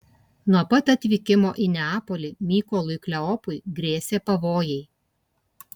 nuo pat atvykimo į neapolį mykolui kleopui grėsė pavojai